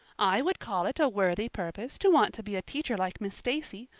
i would call it a worthy purpose to want to be a teacher like miss stacy,